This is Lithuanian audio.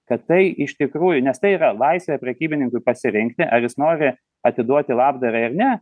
kad tai iš tikrųjų nes tai yra laisvė prekybininkui pasirinkti ar jis nori atiduoti labdarai ar ne